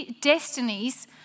destinies